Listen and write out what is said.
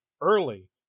early